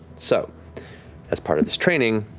so as part of this training,